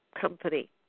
company